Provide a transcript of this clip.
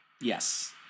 Yes